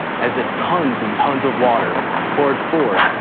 as if tons and tons of water poured forth,